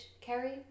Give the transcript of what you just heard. Kerry